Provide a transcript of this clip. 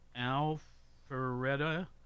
Alpharetta